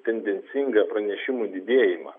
tendencingą pranešimų didėjimą